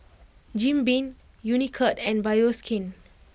Jim Beam Unicurd and Bioskin